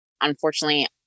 unfortunately